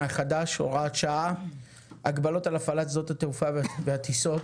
החדש (הוראת שעה) (הגבלות על הפעלת שדות תעופה וטיסות).